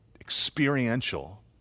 experiential